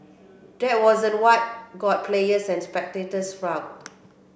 that wasn't what got players and spectators riled